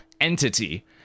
entity